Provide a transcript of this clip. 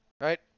right